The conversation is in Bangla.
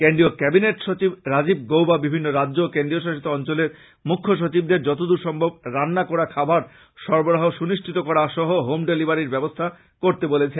কেন্দ্রীয় কেবিনেট সচিব রাজীব গৌবা বিভিন্ন রাজ্য ও কেন্দ্র শাসিত অঞ্চলের মৃখ্য সচিবদের যতদূর সম্ভব রান্না করা খাবার সরবরাহ সুনিশ্চিত করা সহ হোম ডেলিভারীর ব্যবস্থা করতে বলেছেন